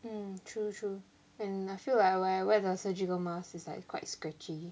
mm true true and I feel like when I wear the surgical masks it's like quite scratchy